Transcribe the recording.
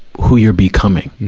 who you're becoming.